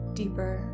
deeper